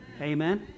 Amen